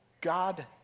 God